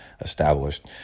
established